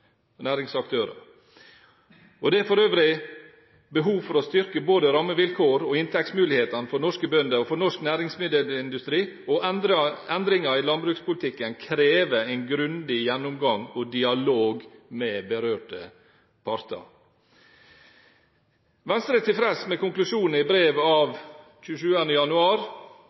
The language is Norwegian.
næringsaktører. Det er for øvrig behov for å styrke både rammevilkårene og inntektsmulighetene for norske bønder og for norsk næringsmiddelindustri, og endringer i landbrukspolitikken krever en grundig gjennomgang og dialog med berørte parter. Venstre er tilfreds med konklusjonen i brevet av 27. januar